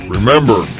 Remember